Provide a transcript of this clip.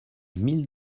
mille